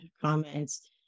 comments